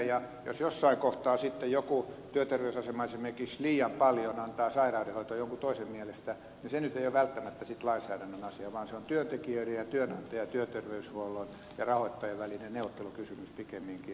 jos jossain kohtaa sitten joku työterveysasema esimerkiksi antaa liian paljon sairaudenhoitoa jonkun toisen mielestä niin se nyt ei ole välttämättä sitten lainsäädännön asia vaan se on työntekijöiden ja työnantajan ja työterveyshuollon ja rahoittajan välinen neuvottelukysymys pikemminkin